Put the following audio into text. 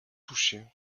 touchés